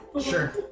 Sure